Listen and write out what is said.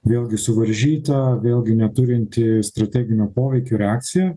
vėlgi suvaržyta vėlgi neturinti strateginio poveikio reakcija